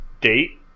date